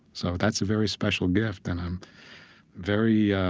so that's a very special gift, and i'm very yeah